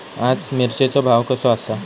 आज मिरचेचो भाव कसो आसा?